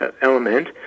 Element